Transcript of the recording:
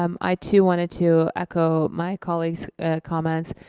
um i too wanted to echo my colleagues' comments.